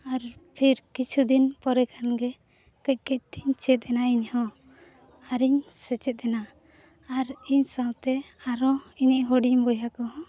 ᱟᱨ ᱯᱷᱤᱨ ᱠᱤᱪᱷᱩ ᱫᱤᱱ ᱯᱚᱨᱮ ᱠᱷᱟᱱ ᱜᱮ ᱠᱟᱹᱡᱼᱠᱟᱹᱡ ᱛᱮᱧ ᱪᱮᱫ ᱮᱱᱟ ᱤᱧᱦᱚᱸ ᱟᱨᱤᱧ ᱥᱮᱪᱮᱫ ᱮᱱᱟ ᱟᱨ ᱤᱧ ᱥᱟᱶᱛᱮ ᱟᱨᱦᱚᱸ ᱤᱧᱤᱡ ᱦᱩᱰᱤᱧ ᱵᱚᱭᱦᱟ ᱠᱚᱦᱚᱸ